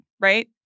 right